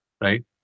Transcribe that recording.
right